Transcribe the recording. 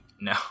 No